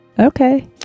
okay